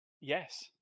Yes